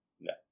no